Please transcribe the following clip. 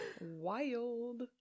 Wild